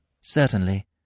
Certainly